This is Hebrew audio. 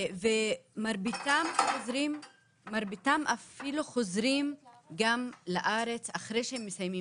מרביתם אפילו חוזרים לארץ אחרי שהם מסיימים